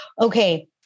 okay